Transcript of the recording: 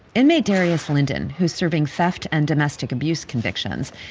inmate darius linden, who's serving theft and domestic abuse convictions,